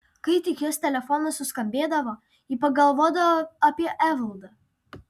kai tik jos telefonas suskambėdavo ji pagalvodavo apie evaldą